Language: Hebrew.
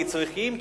כי צריכים,